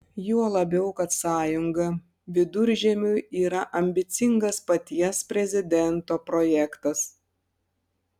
juo labiau kad sąjunga viduržemiui yra ambicingas paties prezidento projektas